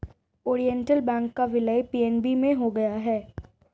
Oriental bank का विलय PNB में हो गया है